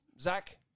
Zach